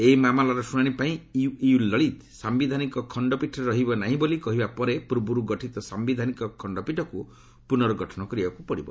ଏହି ମାମଲାର ଶୁଣାଣି ପାଇଁ ୟୁୟୁ ଲଳିତ ସାୟିଧାନିକ ଖଣ୍ଡପୀଠରେ ରହିବେ ନାହିଁ ବୋଲି କହିବା ପରେ ପୂର୍ବରୁ ଗଠିତ ସାୟିଧାନିକ ଖଣ୍ଡପୀଠକୁ ପୁନର୍ଗଠନ କରିବାକୁ ପଡ଼ିବ